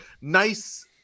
nice